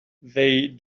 they